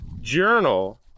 journal